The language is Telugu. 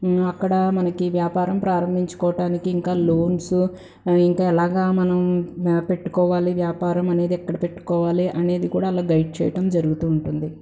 అక్కడ మనకి వ్యాపారం ప్రారంభించుకోవటానికి ఇంకా లోన్సు ఇంకా అలాగా మనం పెట్టుకోవాలి వ్యాపారం అనేది ఎక్కడ పెట్టుకోవాలి అనేది కూడా అలా గైడ్ చేయడం జరుగుతూ ఉంటుంది